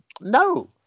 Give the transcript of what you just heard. No